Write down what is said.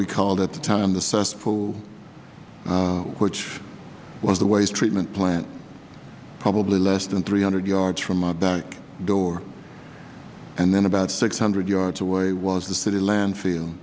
we called at the time the cesspool which was the waste treatment plant probably less than three hundred yards from our back door and then about six hundred yards away was the city landfill